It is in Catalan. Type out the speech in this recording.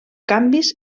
canvis